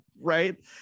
right